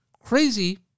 Crazy